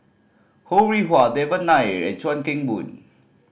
Ho Rih Hwa Devan Nair and Chuan Keng Boon